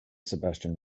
sebastian